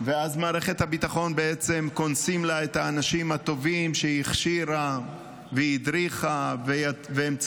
ואז למערכת הביטחון קונסים את האנשים הטובים שהיא הכשירה והיא הדריכה,